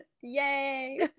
yay